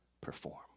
perform